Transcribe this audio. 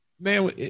man